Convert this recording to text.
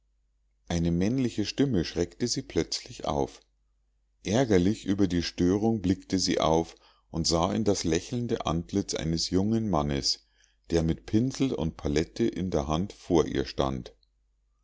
eine männliche stimme schreckte sie plötzlich auf aergerlich über die störung blickte sie auf und sah in das lächelnde antlitz eines jungen mannes der mit pinsel und palette in der hand vor ihr stand